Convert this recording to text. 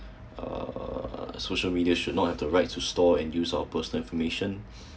uh social media should not have the right to store and use of personal information